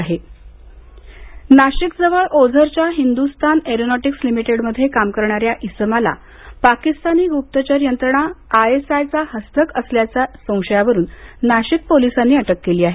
ISI नाशिकजवळ ओझरच्या Hindustan aeronautics लिमिटेडमध्ये काम करणा या इसमाला पाकिस्तानी गुप्तचर यंत्रणा आयएसआय चा हस्तक असल्याच्या संशयावरून नाशिक पोलिसांनी अटक केली आहे